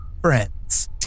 friends